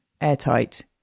airtight